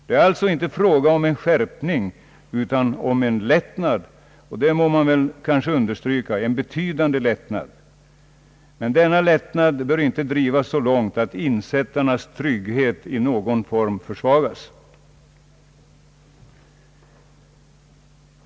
Det är alltså inte fråga om en skärpning utan om en betydande lättnad. Men denna lättnad bör inte drivas så långt att insättarnas trygghet i någon form försvagas.